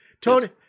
Tony